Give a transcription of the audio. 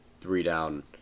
three-down